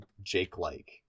Jake-like